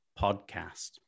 podcast